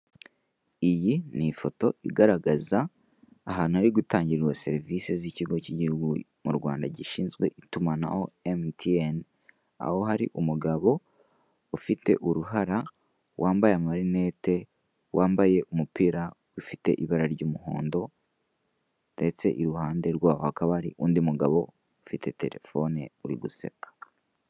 Iyi ni ifoto igaragaza ahantu hari gutangirwa serivise z'ikigo ry'igihugu mu Rwanda gishinzwe itumanaho emutiyeni. Aho hari umugabo ufite uruhara, wambaye marinete, wambaye umupira ufite ibara ry'umuhondo ndetse iruhande rwe hakaba hari undi umugabo ufite terefoni uri guseka.